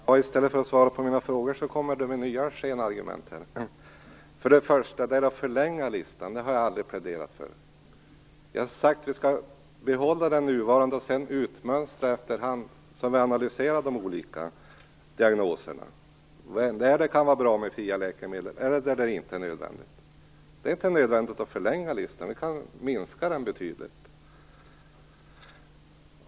Fru talman! I stället för att svara på mina frågor kommer Conny Öhman med nya skenargument. Jag har aldrig pläderat för en förlängning av listan. Jag har sagt att vi skall behålla dess nuvarande omfattning och sedan utmönstra några efterhand som vi analyserar de olika diagnoserna och ser när det kan vara bra med fria läkemedel och när det inte är nödvändigt. Det är inte nödvändigt att förlänga listan, utan vi kan minska den betydligt.